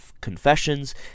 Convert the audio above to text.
Confessions